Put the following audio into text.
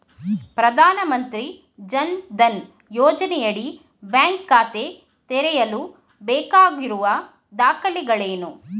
ಪ್ರಧಾನಮಂತ್ರಿ ಜನ್ ಧನ್ ಯೋಜನೆಯಡಿ ಬ್ಯಾಂಕ್ ಖಾತೆ ತೆರೆಯಲು ಬೇಕಾಗಿರುವ ದಾಖಲೆಗಳೇನು?